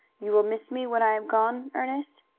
you will miss me when i am gone, ernest?